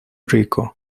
rico